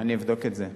אני אבדוק את זה.